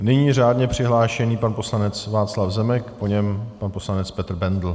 Nyní řádně přihlášený pan poslanec Václav Zemek, po něm pan poslanec Petr Bendl.